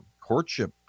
courtship